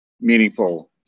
meaningful